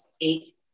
eight